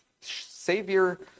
Savior